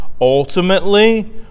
Ultimately